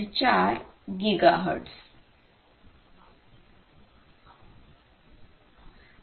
4 gigahertz